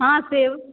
हॅं सेव